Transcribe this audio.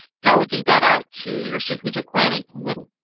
delegate that out to your strategic planning committee.